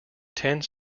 tends